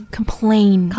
Complain